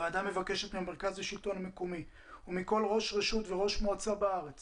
הוועדה מבקשת ממרכז השלטון המקומי ומכל ראש רשות וראש מועצה בארץ